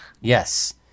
Yes